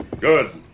Good